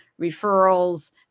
referrals